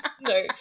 no